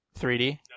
3D